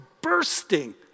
bursting